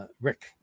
Rick